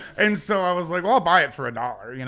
and so i was like, i'll buy it for a dollar, you know?